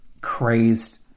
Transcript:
crazed